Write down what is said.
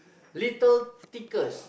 little tykes